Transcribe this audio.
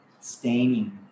staining